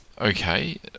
Okay